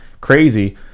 crazy